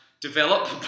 develop